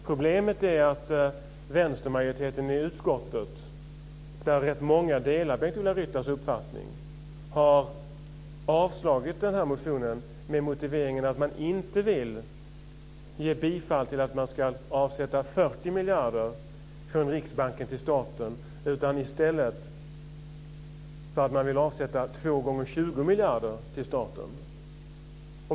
Problemet är att vänstermajoriteten i utskottet - där rätt många delar Bengt-Ola Ryttars uppfattning - har avstyrkt motionen med motiveringen att man inte vill ge bifall till att man ska avsätta 40 miljarder från Riksbanken till staten utan i stället vill avsätta två gånger 20 miljarder till staten.